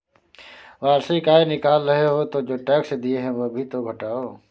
वार्षिक आय निकाल रहे हो तो जो टैक्स दिए हैं वो भी तो घटाओ